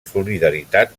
solidaritat